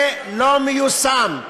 זה לא מיושם.